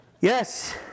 Yes